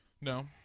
No